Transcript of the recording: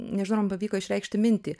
nežinau ar man pavyko išreikšti mintį